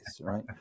right